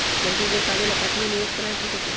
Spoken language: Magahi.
लड़की के शादी ला काथी में निवेस करेला ठीक होतई?